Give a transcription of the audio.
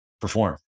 perform